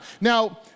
Now